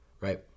right